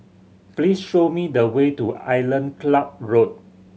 please show me the way to Island Club Road